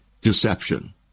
deception